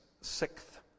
sixth